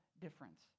difference